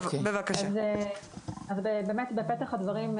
בפתח הדברים,